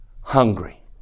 hungry